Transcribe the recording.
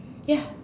ya